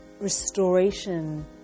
restoration